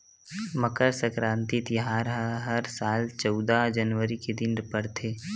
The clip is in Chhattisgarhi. मकर सकराति तिहार ह हर साल चउदा जनवरी के दिन परथे